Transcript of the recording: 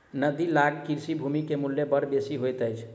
नदी लग कृषि भूमि के मूल्य बड़ बेसी होइत अछि